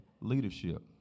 leadership